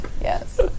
yes